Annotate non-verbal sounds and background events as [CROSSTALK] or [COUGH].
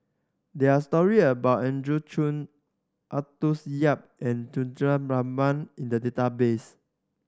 there're story about Andrew Chew Arthur Yap and [UNINTELLIGIBLE] Rahman in the database